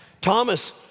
Thomas